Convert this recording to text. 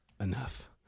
enough